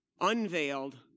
Unveiled